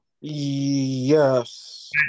Yes